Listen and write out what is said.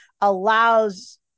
allows